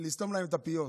לסתום להם את הפיות,